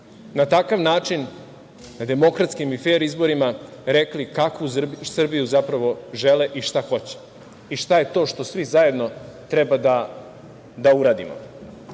na takav način, na demokratskim i fer izborima, rekli kakvu Srbiju zapravo žele i šta hoće i šta je to što svi zajedno treba da uradimo. Zato